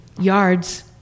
yards